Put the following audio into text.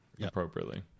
appropriately